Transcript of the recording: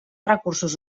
recursos